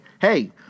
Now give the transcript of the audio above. hey